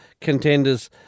contenders